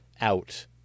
out